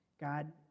God